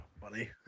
funny